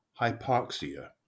hypoxia